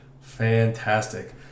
Fantastic